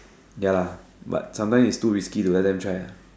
ya lah but sometime it's too risky to let them try ah